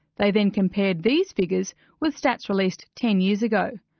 they then compared these figures with stats released ten years ago.